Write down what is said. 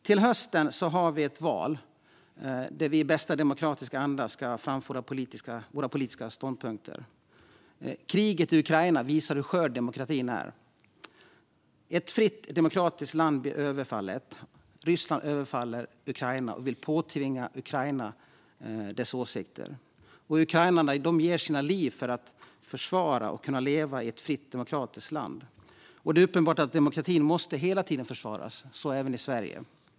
Till hösten har vi ett val där vi i bästa demokratiska anda ska framföra våra politiska ståndpunkter. Kriget i Ukraina visar hur skör demokratin är. Ett fritt demokratiskt land blir överfallet. Ryssland överfaller Ukraina och vill påtvinga Ukraina sina åsikter. Ukrainarna ger sina liv för att försvara sig och kunna leva i ett fritt demokratiskt land. Det är uppenbart att demokratin hela tiden måste försvaras, så även i Sverige.